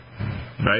right